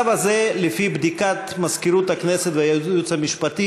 לפי בדיקת מזכירות הכנסת והייעוץ המשפטי,